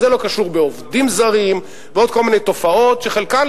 זה לא קשור בעובדים זרים ובעוד כל מיני תופעות שחלקן,